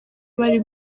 bari